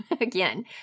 again